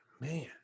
Man